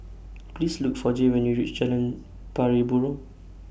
Please Look For Jay when YOU REACH Jalan Pari Burong